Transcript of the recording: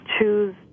choose